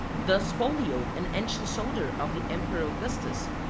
thus pollio, an ancient soldier of the emperor augustus,